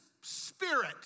spirit